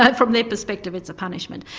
but from their perspective it's a punishment.